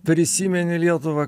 prisimeni lietuvą